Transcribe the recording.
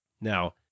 Now